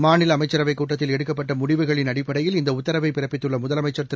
மாநில அமைச்சரவைக் கூட்டத்தில் எடுக்கப்பட்ட முடிவுகளின் அடிப்படையில் இந்த உத்தரவை பிறப்பித்துள்ள முதலமைச்சர் திரு